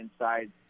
inside